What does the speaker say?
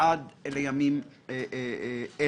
עד לימים אלה.